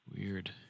Weird